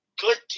good